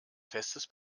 festes